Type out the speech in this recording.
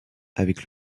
avec